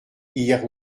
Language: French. hier